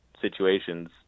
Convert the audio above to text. situations